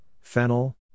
fennel